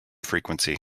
frequency